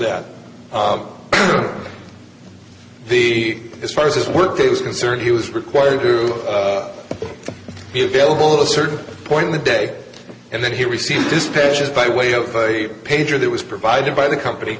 that just the as far as his work is concerned he was required to be available in a certain point in the day and then he received dispatches by way of a pager that was provided by the company